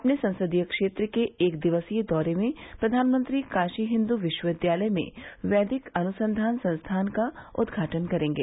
अपने संसदीय क्षेत्र के एक दिवसीय दौरे में प्रधानमंत्री काशी हिन्दू विश्वविद्यालय में वैदिक अनुसंधान संस्थान का उद्घाटन करेंगे